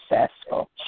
successful